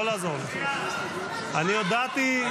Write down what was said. אני הודעתי,